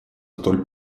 столь